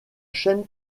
chaîne